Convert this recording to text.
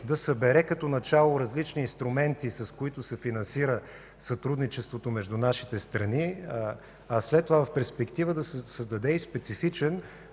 да събере като начало различни инструменти, с които се финансира сътрудничеството между нашите страни, а след това в перспектива да се създаде и специфичен